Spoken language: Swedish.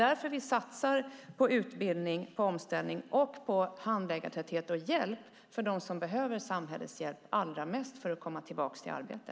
Därför satsar vi på utbildning, omställning, handläggartäthet och hjälp för dem som allra mest behöver samhällets stöd för att komma tillbaka i arbete.